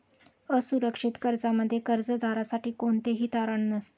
असुरक्षित कर्जामध्ये कर्जदारासाठी कोणतेही तारण नसते